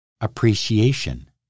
appreciation